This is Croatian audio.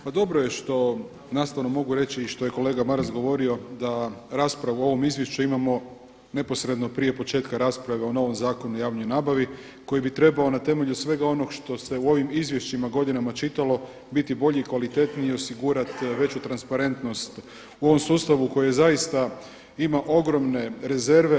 Pa dobro je što nastavno mogu reći i što je kolega Maras govorio da raspravu o ovom Izvješću imamo neposredno prije početku rasprave o novom Zakonu o javnoj nabavi koji bi trebao na temelju svega onoga što se u ovim Izvješćima godinama čitalo biti bolji i kvalitetniji i osigurati bolju transparentnost u ovom sustavu koji zaista ima ogromne rezerve.